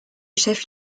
chef